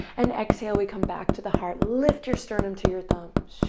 and exhale. we come back to the heart. lift your sternum to your thumbs.